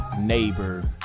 neighbor